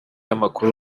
amakuru